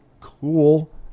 cool